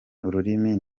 ururimi